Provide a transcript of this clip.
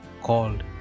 called